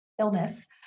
illness